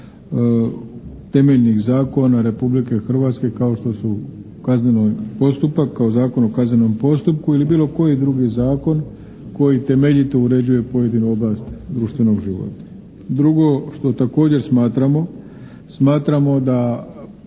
temeljnih zakona Republike Hrvatske kao što su kazneni postupak, kao Zakon o kaznenom postupku ili bilo koji drugi zakon koji temeljito uređuje pojedinu oblast društvenog života. Drugo što također smatramo, smatramo da